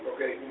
Okay